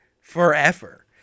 forever